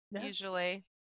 Usually